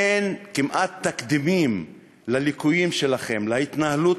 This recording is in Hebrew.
אין כמעט תקדימים לליקויים שלכם, להתנהלות